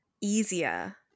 easier